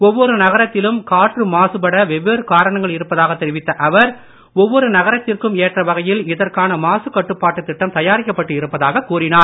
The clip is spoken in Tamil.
ஒவ்வொரு நகரத்திலும் காற்று மாசுபட வெவ்வேறு காரணங்கள் இருப்பதாகத் தெரிவித்த அவர் ஒவ்வொரு நகத்திற்கும் ஏற்ற வகையில் இதற்கான மாசுக் கட்டுப்பாட்டுத் திட்டம் தயாரிக்கப் பட்டு இருப்பதாகக் கூறினார்